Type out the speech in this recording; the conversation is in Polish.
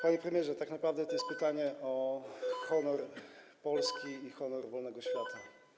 Panie premierze, tak naprawdę to jest pytanie o honor Polski i honor wolnego świata.